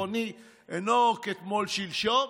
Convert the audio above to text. זיכרוני אינו כתמול שלשום,